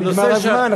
נגמר הזמן.